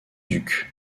duc